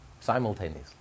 simultaneously